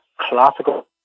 classical